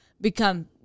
become